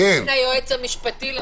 בין היועץ המשפטי.